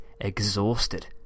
exhausted